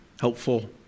helpful